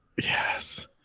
yes